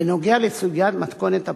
בנוגע לסוגיית מתכונת הבחינות,